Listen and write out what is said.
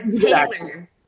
taylor